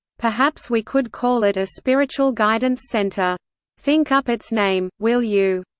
perhaps we could call it a spiritual guidance center think up its name, will you.